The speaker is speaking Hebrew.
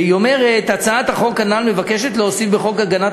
והיא אומרת: "הצעת החוק הנ"ל מבקשת להוסיף בחוק הגנת